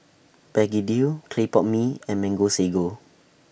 Begedil Clay Pot Mee and Mango Sago